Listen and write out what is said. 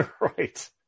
right